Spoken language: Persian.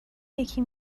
یکی